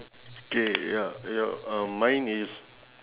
K ya ya uh mine is